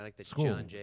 school